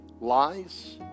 lies